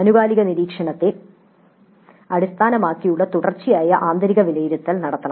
ആനുകാലിക നിരീക്ഷണത്തെ അടിസ്ഥാനമാക്കിയുള്ള തുടർച്ചയായ ആന്തരിക വിലയിരുത്തൽ നടത്തണം